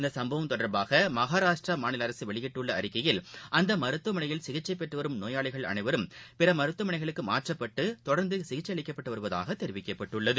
இச்சுப்பவம் தொடர்பாக மஹாராஷ்டிரா மாநில அரசு வெளியிட்டுள்ள அறிக்கையில் அந்த மருந்துவமனையில் சிகிச்சை பெற்று வரும் நோயாளிகள் அனைவரும் பிற மருத்துவமனைகளுக்கு மாற்றப்பட்டு தொடர்ந்து சிகிச்சை அளிக்கப்பட்டு வருவதாக தெரிவிக்கப்பட்டுள்ளது